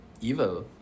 evil